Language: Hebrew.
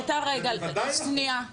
אביתר, רגע, שניה.